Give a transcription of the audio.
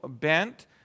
bent